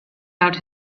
out